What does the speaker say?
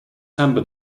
samba